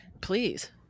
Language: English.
please